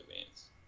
advance